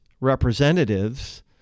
representatives